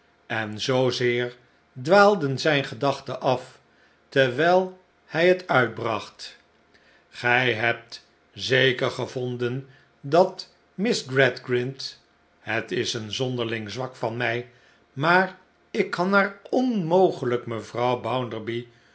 en zoozeer dwaalden zijne gedachten af terwijl hij het uitbracht gij hebt zeker gevonden dat miss g radgrind het is een zonderling zwak van mij maar ik kan haar onmogelijk mevrouw